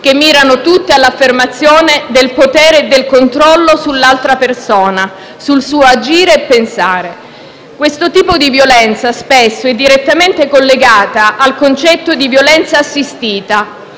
che mirano tutti all'affermazione del potere e del controllo sull'altra persona, sul suo agire e pensare. Questo tipo di violenza è spesso direttamente collegato al concetto di violenza assistita,